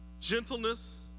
gentleness